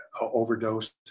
overdosed